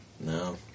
No